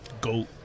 Goat